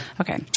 Okay